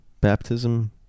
Baptism